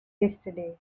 yesterday